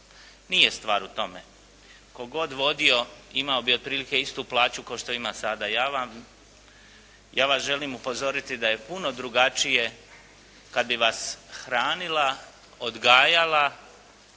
Nije stvar u tome. Tko god vodio, imao bi otprilike istu plaću kao što ima sada. Ja vam, ja vas želim upozoriti da je puno drugačije kada bi vas hranila, odgajala